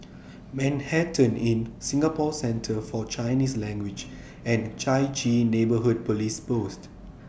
Manhattan Inn Singapore Centre For Chinese Language and Chai Chee Neighbourhood Police Post